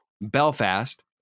Belfast